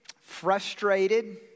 frustrated